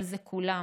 אבל זה כולם,